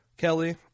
Kelly